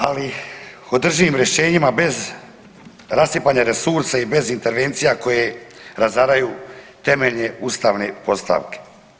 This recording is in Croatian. Ali održivim rješenjima bez rasipanja resursa i bez intervencija koje razaraju temeljne ustavne postavke.